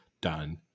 done